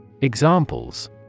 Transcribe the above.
Examples